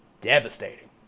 devastating